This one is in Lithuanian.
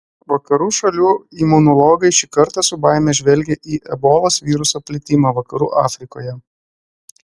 vakarų šalių imunologai šį kartą su baime žvelgė į ebolos viruso plitimą vakarų afrikoje